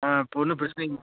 ஆ இப்போ ஒன்றும் பிரச்சனை